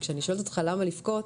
אז כשאני שואלת אותך "למה לבכות",